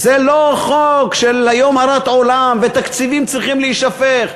זה לא חוק של היום הרת עולם ותקציבים צריכים להישפך,